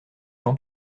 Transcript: jean